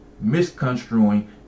misconstruing